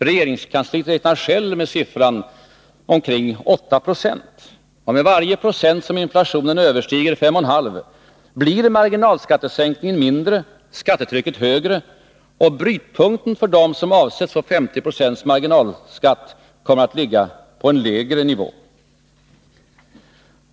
Regeringskansliet räknar självt med omkring 8 26, och med varje procent som inflationen överstiger 5,5 blir marginalskattesänkningen mindre, skattetrycket högre och brytpunkten för dem som avsetts få 50 26 marginalskatt kommer att ligga på en lägre nivå.